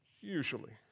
usually